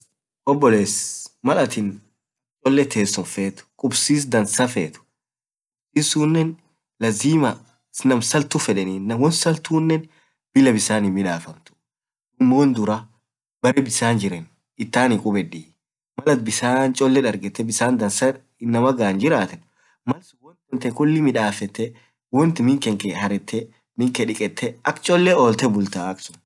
oboless, malatin ak cholee tesum feet kunsum dansaa feet issunen lazimaa woan saltu fedenii, na woansaltunen bilaa bisaan hinmidasenuu wonduraa baree bisaa jiree itaani kubedii, bisaan cholle dargetee bisaan inamaa gaan jiraaten malsuun woan tantee kuli midafetee, min kee diketee.akcholee oltee bultaa malsuun.